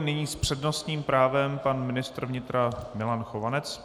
Nyní s přednostním právem pan ministr vnitra Milan Chovanec.